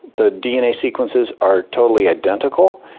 the dna sequences are totally identical.